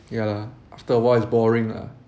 ya lah after a while it's boring lah